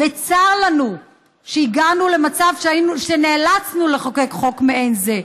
צר לנו שהגענו למצב שנאלצנו לחוקק חוק מעין זה.